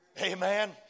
Amen